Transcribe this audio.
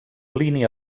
plini